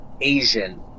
Asian